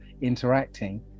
interacting